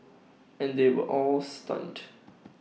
and they were all stunned